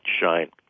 shine